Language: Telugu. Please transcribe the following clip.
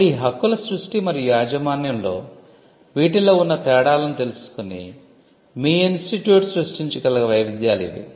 కాబట్టి ఈ హక్కుల సృష్టి మరియు యాజమాన్యంలో వీటిలో ఉన్న తేడాలను తెలుసుకొని మీ ఇన్స్టిట్యూట్ సృష్టించగల వైవిధ్యాలు ఇవి